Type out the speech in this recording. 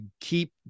keep